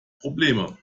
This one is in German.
probleme